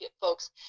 folks